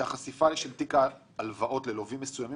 החשיפה של תיק ההלוואות ללווים מסוימים